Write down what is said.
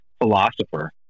philosopher